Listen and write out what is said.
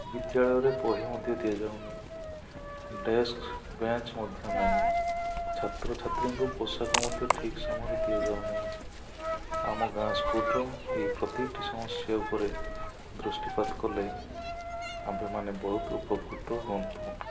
ବିଦ୍ୟାଳୟରେ ବହି ମଧ୍ୟ ଦିଆଯାଉନି ଡ଼େସ୍କ୍ ବେଞ୍ଚ୍ ମଧ୍ୟ ନାହିଁ ଛାତ୍ରଛାତ୍ରୀଙ୍କୁ ପୋଷାକ ମଧ୍ୟ ଠିକ୍ ସମୟରେ ଦିଆଯାଉ ନାହିଁ ଆମ ଗାଁ ସ୍କୁଲ୍ର ଏହି ପ୍ରତିଟି ସମସ୍ୟା ଉପରେ ଦୃଷ୍ଟିପାତ କଲେ ଆମ୍ଭେମାନେ ବହୁତ ଉପକୃତ ହୁଅନ୍ତୁ